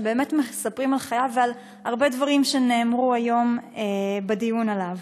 שבאמת מספרים על חייו ועל הרבה דברים שנאמרו היום בדיון עליו.